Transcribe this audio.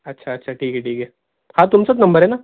अच्छा अच्छा ठीक आहे ठीक आहे हा तुमचाच नंबर आहे ना